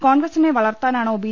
കോൺഗ്രസിനെ വളർത്താനാണോ ബി